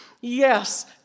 Yes